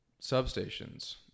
substations